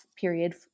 period